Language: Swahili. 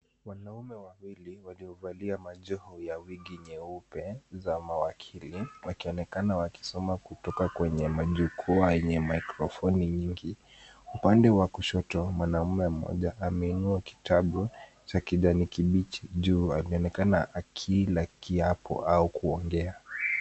Wanaume wawili waliyovalia majoho ya wigi nyeupe za mawakili wakionekana wakisoma kutoka kwenye majukwaa yenye maikrofoni nyingi, upande wa kushoto mwanamume mmoja ameinua kitabu cha kijani kibichi juu ameonekana akila kiapo au kuongea.